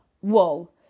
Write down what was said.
whoa